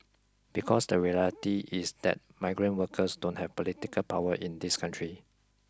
because the reality is that migrant workers don't have political power in this country